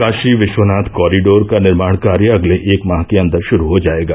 Kashi Vishwanath corridor का निर्माण कार्य अगले एक माह के अन्दर शुरू हो जायेगा